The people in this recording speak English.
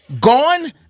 gone